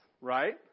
right